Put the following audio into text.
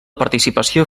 participació